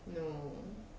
no